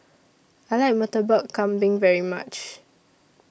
I like Murtabak Kambing very much